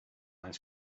ice